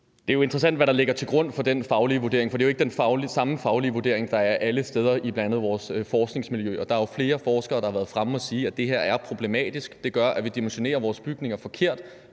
Det er jo interessant, hvad der ligger til grund for den faglige vurdering, for det er ikke den samme faglige vurdering, der er alle steder, bl.a. i vores forskningsmiljøer. Der er jo flere forskere, der har været fremme og sige, at det her er problematisk, og at det gør, at vi dimensionerer vores bygninger forkert